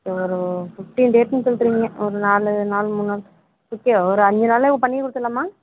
ஒரு ஃபிஃப்ட்டீன் டேஸ்ஸுன்னு சொல்லறீங்க ஒரு நாலு நாள் மூணு நாள் ஓகே ஒரு அஞ்சு நாளில் பண்ணி கொடுத்துட்லாம்மா